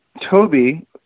Toby